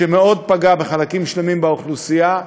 שמאוד פגע בחלקים שלמים באוכלוסייה,